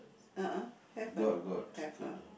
a'ah have or not have ah